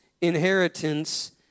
inheritance